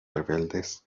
rebeldes